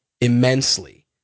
immensely